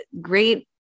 great